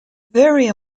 vary